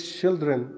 children